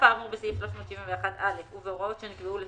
האמור בסעיף 371(א) ובהוראות שנקבעו לפיו,